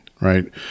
right